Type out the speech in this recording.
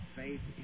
faith